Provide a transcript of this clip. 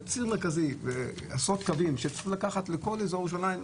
ציר מרכזי ועשרות קווים שצרים לקחת לכל אזור ירושלים,